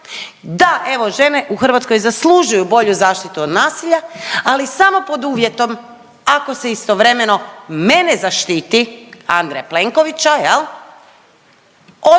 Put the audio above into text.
Da evo žene u Hrvatskoj zaslužuju bolju zaštitu od nasilja ali samo pod uvjetom ako se istovremeno mene zaštiti Andreja Plenkovića jel, od